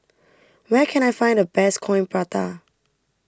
where can I find the best Coin Prata